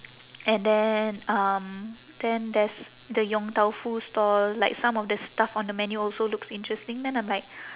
and then um then there's the yong tau foo stall like some of the stuff on the menu also looks interesting then I'm like